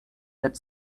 that